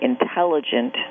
intelligent